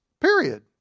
period